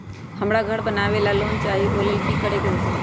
हमरा घर बनाबे ला लोन चाहि ओ लेल की की करे के होतई?